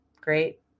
Great